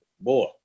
Boy